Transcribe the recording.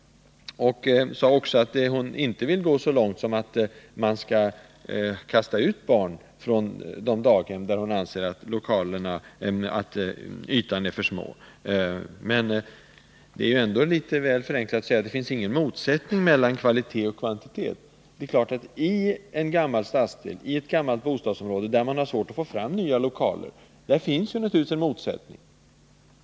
Hon sade också att hon inte vill gå så långt som till att man skall kasta ut barnen från de daghem där ytan är för liten. Bra! Men det är väl ändå litet väl enkelt att säga att det inte finns någon motsättning mellan kvalitet och kvantitet. I ett gammalt bostadsområde, där man har svårt att få fram nya lokaler, finns naturligtvis en sådan motsättning.